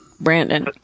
Brandon